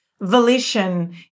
volition